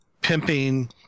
pimping